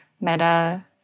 Meta